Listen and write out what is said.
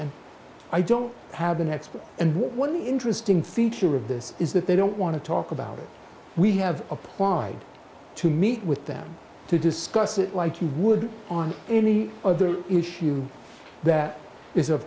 and i don't have an expert and one of the interesting feature of this is that they don't want to talk about it we have applied to meet with them to discuss it like you would on any other issue that is